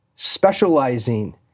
Specializing